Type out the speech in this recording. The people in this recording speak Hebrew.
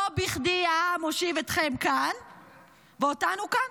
לא בכדי העם הושיב אתכם כאן ואותנו כאן.